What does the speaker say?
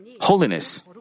holiness